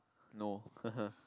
no